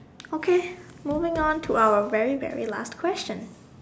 okay moving on to our very very last question